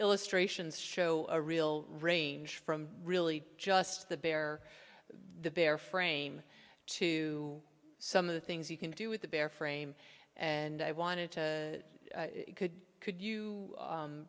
illustrations show a real range from really just the bare the bare frame to some of the things you can do with the bare frame and i wanted to could could